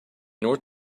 north